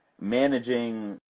managing